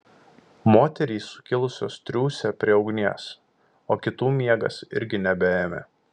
moterys sukilusios triūsė prie ugnies o kitų miegas irgi nebeėmė